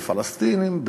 בפלסטינים,